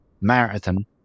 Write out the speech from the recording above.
marathon